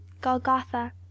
golgotha